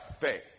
faith